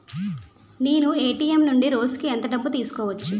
నేను ఎ.టి.ఎం నుండి రోజుకు ఎంత డబ్బు తీసుకోవచ్చు?